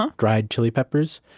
um dried chili peppers,